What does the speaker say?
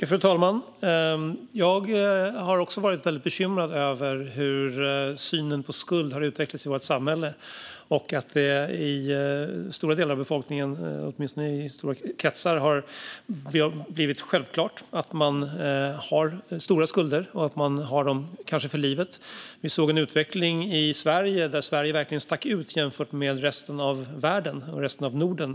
Fru talman! Även jag har varit väldigt bekymrad över hur synen på skuld har utvecklats i vårt samhälle. I stora delar av befolkningen - åtminstone i stora kretsar - har det blivit självklart att man har stora skulder och att man kanske har dem för livet. Vi såg en utveckling där Sverige stack ut jämfört med övriga Norden och resten av världen.